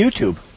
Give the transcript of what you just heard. YouTube